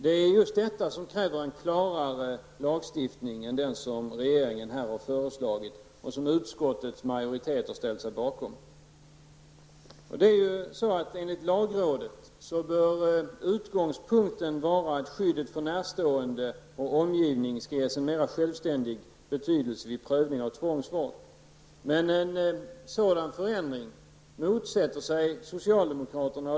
Det är just detta som kräver en klarare lagstiftning än den som regeringen har föreslagit och som utskottets majoritet har ställt sig bakom. Enligt lagrådet bör utgångspunkten vara att skyddet för närstående och omgivning skall ges en mera självständig betydelse vid prövning av tvångsvård, men en sådan förändring motsätter sig socialdemokraterna.